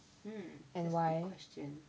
and why